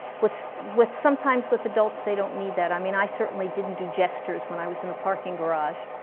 with with sometimes with adults they don't need that. i mean i certainly didn't do gestures when i was in the parking garage